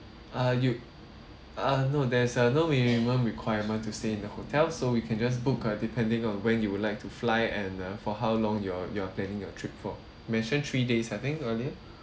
uh you uh no there is uh no minimum requirement to stay in the hotel so we can just book uh depending on when you would like to fly and uh for how long you're you're planning your trip for mention three days I think earlier